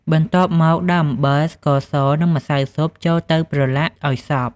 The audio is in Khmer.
បន្ទាប់មកដាក់អំបិល ស្ករស និងម្សៅស៊ុប ចូលទៅប្រឡាក់ឲ្យសព្វ។